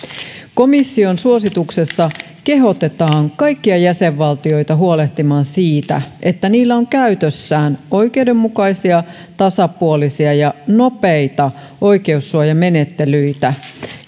komission suosituksessa kehotetaan kaikkia jäsenvaltioita huolehtimaan siitä että niillä on käytössään oikeudenmukaisia tasapuolisia ja nopeita oikeussuojamenettelyitä